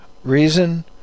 Reason